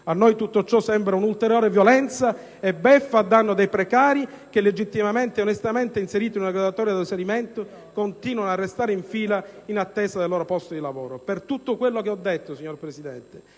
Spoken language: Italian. A noi tutto ciò sembra un'ulteriore violenza e beffa a danno dei precari che, legittimamente e onestamente inseriti in una graduatoria ad esaurimento, continuano a restare in fila in attesa del loro posto di lavoro. Per tutto quello che ho detto e per quanto